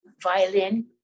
violin